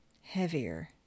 heavier